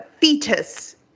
fetus